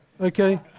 Okay